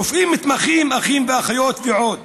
רופאים, מתמחים, אחים ואחיות ועוד.